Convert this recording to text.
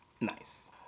Nice